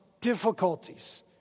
difficulties